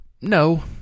No